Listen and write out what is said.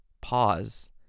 Pause